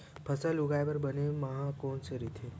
फसल उगाये बर बने माह कोन से राइथे?